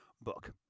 book